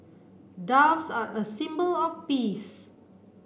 doves are a symbol of peace